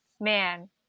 man